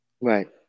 Right